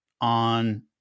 on